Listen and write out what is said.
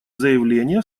заявление